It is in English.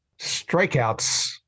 strikeouts